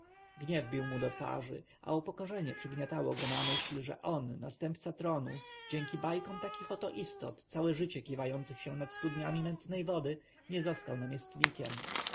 gniew bił mu do głowy a upokorzenie przygniatało go na myśl że on następca tronu dzięki bajkom takich oto istot całe życie kiwających się nad studniami mętnej wody nie został namiestnikiem